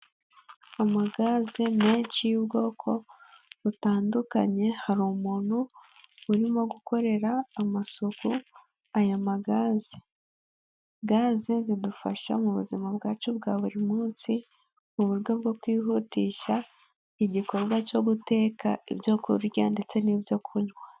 Amagaze menshi y'ubwoko butandukanye, hari umuntu urimo gukorera amasuku aya magaze. Gaze zidufasha mu buzima bwacu bwa buri munsi, uburyo bwo kwihutisha igikorwa cyo guteka ibyo kurya ndetse n'ibyo kunywa.